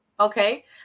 okay